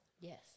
Yes